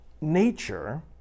nature